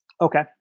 Okay